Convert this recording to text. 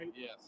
Yes